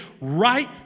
right